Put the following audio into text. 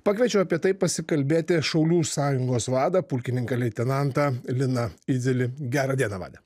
pakviečiau apie tai pasikalbėti šaulių sąjungos vadą pulkininką leitenantą liną idzelį gerą dieną vade